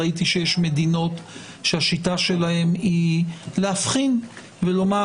ראיתי שיש מדינות שהשיטה שלהן היא להבחין ולומר